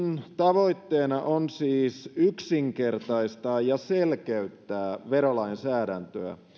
tavoitteena on siis yksinkertaistaa ja selkeyttää verolainsäädäntöä